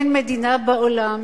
אין מדינה בעולם,